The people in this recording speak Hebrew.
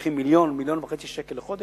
שמרוויחים 1.5 מיליון שקל לחודש,